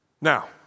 Now